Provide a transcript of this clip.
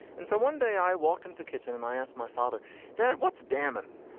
and so one day i walked into the kitchen and i asked my father dad what's damon.